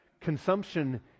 Consumption